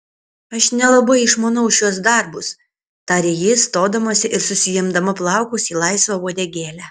aš nelabai išmanau šiuos darbus tarė ji stodamasi ir susiimdama plaukus į laisvą uodegėlę